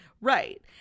Right